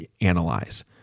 analyze